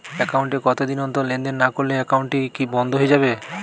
Account এ কতদিন অন্তর লেনদেন না করলে একাউন্টটি কি বন্ধ হয়ে যাবে?